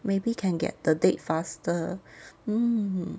maybe can get the date faster mm